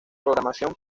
programación